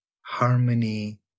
harmony